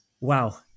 wow